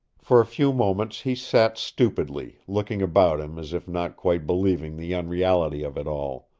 for a few moments he sat stupidly, looking about him as if not quite believing the unreality of it all.